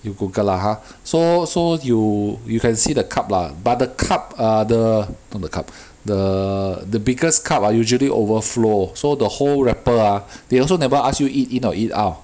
you Google lah ha so so you you can see the cup lah but the cup uh the not the cup the the biggest cup ah usually overflow so the whole wrapper ah they also never ask you eat in or eat out